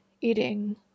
eating